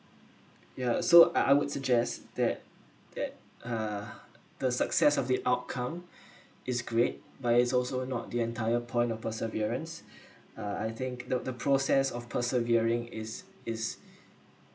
ya so I I would suggest that that ah the success of the outcome is great but it's also not the entire point of perseverance uh I think the the process of persevering is is